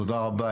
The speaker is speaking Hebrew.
תודה רבה.